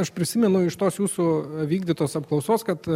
aš prisimenu iš tos jūsų vykdytos apklausos kad